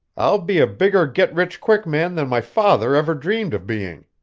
i'll be a bigger get-rich-quickman than my father ever dreamed of being.